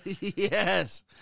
Yes